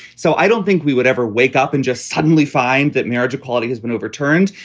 so i don't think we would ever wake up and just suddenly find that marriage equality has been overturned.